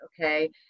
okay